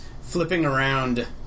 flipping-around